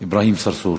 אברהים צרצור.